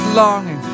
longing